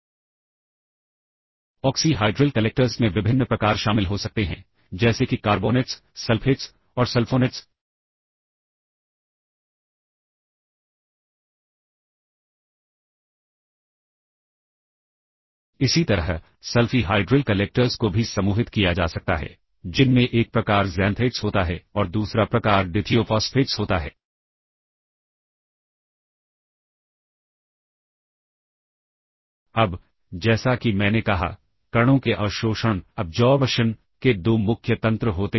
यह assembly language program में किसी प्रकार का रिस्ट्रिक्शन नहीं है लेकिन रीडेबिलिटी पर्पस के लिए इनको प्रोग्राम से अलग रखा जाता है अन्यथा रीडेबिलिटी में परेशानी आ सकती है आगे बढ़ते हैं एक 8085 प्रोसेसर के केस में दो इंस्ट्रक्शन सब रूटीन से डील करते हैं